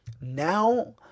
now